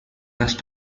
دست